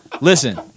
Listen